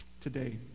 today